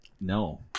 no